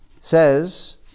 says